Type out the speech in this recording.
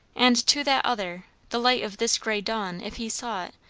and to that other, the light of this grey dawn, if he saw it,